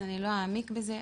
אז אני לא אעמיק בזה.